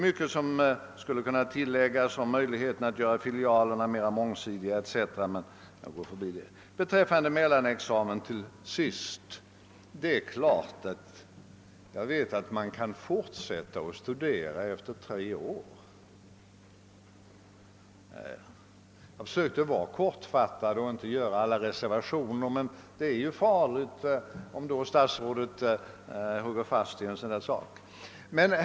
Mycket skulle kunna tilläggas om möjligheterna att göra filialerna mera mångsidiga, men jag förbigår detta. Till sist vill jag säga några ord om mellanexamen. Jag vet naturligtvis att man kan fortsätta att studera efter tre år. Jag försökte att vara kortfattad och inte göra alla reservationer, men det är farligt om statsrådet biter sig fast vid en sådan sak.